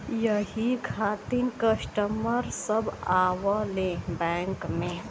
यही खातिन कस्टमर सब आवा ले बैंक मे?